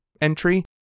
entry